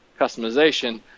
customization